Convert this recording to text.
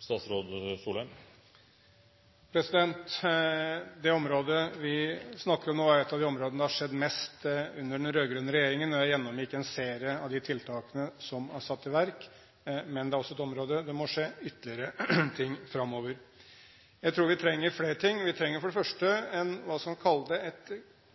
et av de områdene der det har skjedd mest under den rød-grønne regjeringen – jeg har gjennomgått en serie av de tiltakene som er satt i verk – men det er også et område der det må skje ytterligere ting framover. Jeg tror vi trenger flere ting. Vi trenger – hva skal en kalle det – et